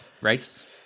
race